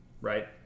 right